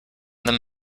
them